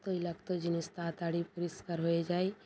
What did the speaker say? তৈলাক্ত জিনিস তাড়াতাড়ি পরিষ্কার হয়ে যায়